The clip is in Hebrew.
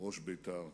ראש בית"ר,